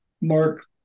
Mark